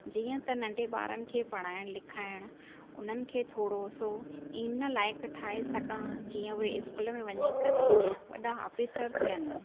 जीअं त नंढे ॿारनि खे पढ़ाइण लिखाइण उन्हनि खे थोरो सो इन लाइक़ु ठाहे सघां जीअं उहे स्कूल में वञी करे वॾा ऑफिसर थियनि